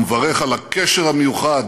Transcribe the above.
הוא מברך על הקשר המיוחד